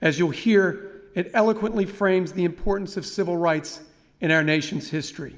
and as you will hear, it eloquently frames the importance of civil rights in our nation's history.